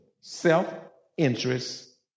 self-interest